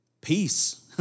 peace